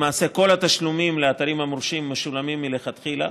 למעשה כל התשלומים לאתרים המורשים משולמים מלכתחילה,